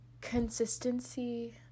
consistency